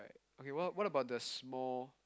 okay what what about the small